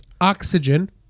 Oxygen